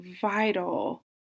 vital